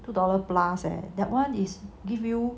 two dollar plus leh that [one] is give you